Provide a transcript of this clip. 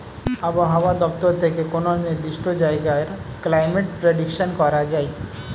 আবহাওয়া দপ্তর থেকে কোনো নির্দিষ্ট জায়গার ক্লাইমেট প্রেডিকশন করা যায়